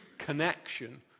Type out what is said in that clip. connection